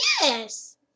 Yes